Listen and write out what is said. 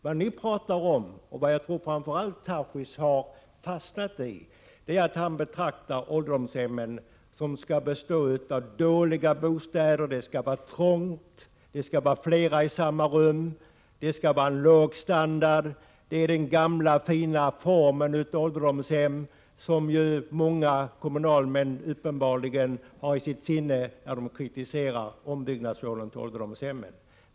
Vad ni talar om — och det tror jag framför allt Tarschys har fastnat i — är ålderdomshem som skall vara dåliga bostäder; det skall vara trångt, det skall bo flera i samma rum och det skall vara låg standard. Det är den gamla ”fina” formen av ålderdomshem, som många kommunalmän uppenbarligen har i tankarna när de kritiserar ombyggnadslånen till ålderdomshem.